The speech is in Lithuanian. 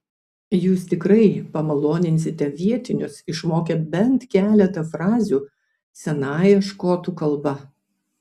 jūs tikrai pamaloninsite vietinius išmokę bent keletą frazių senąją škotų kalba